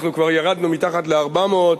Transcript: אנחנו כבר ירדנו מתחת ל-400.